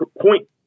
point